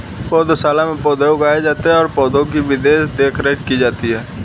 पौधशाला में पौधे उगाए जाते हैं और पौधे की विशेष देखरेख की जाती है